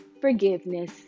forgiveness